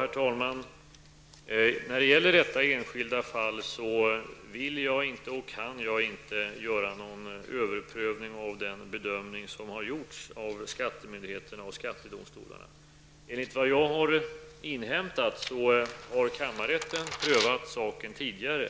Herr talman! I fråga om detta enskilda fall varken vill eller kan jag göra någon överprövning av den bedömning som har gjorts av skattemyndigheterna och skattedomstolarna. Enligt vad jag har inhämtat har kammarrätten tidigare prövat frågan,